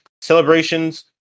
celebrations